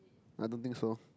I don't think so